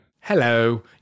Hello